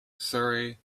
surrey